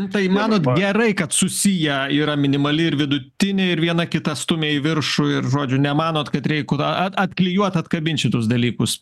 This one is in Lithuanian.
tai manot gerai kad susiję yra minimali ir vidutinė ir viena kitą stumia į viršų ir žodžiu nemanote kad reik da atklijuot atkabint šituos dalykus